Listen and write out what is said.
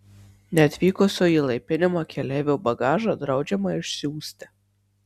neatvykusio į įlaipinimą keleivio bagažą draudžiama išsiųsti